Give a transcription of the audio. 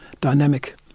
dynamic